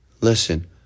Listen